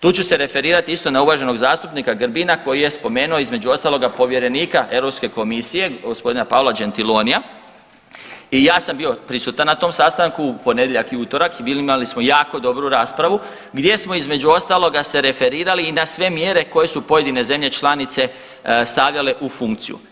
Tu ću se referirati isto na uvaženog zastupnika Grbina koji je spomenuo između ostaloga povjerenika Europske komisije gospodina Paolo Gentiloni i ja sam bio prisutan na tom sastanku ponedjeljak i utorak i imali smo jako dobru raspravu gdje smo između ostaloga se referirali i na sve mjere koje su pojedine zemlje članice stavljale u funkciju.